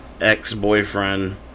ex-boyfriend